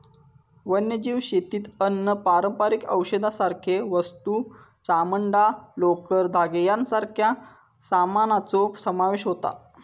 वन्यजीव शेतीत अन्न, पारंपारिक औषधांसारखे वस्तू, चामडां, लोकर, धागे यांच्यासारख्या सामानाचो समावेश होता